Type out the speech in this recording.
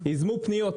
ייזמו פניות.